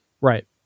Right